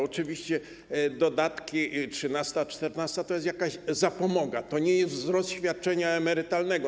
Oczywiście dodatki, trzynasta, czternasta emerytura, to jest jakaś zapomoga, to nie jest wzrost świadczenia emerytalnego.